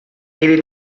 quedi